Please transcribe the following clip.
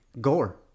gore